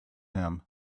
him